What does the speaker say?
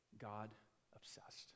God-obsessed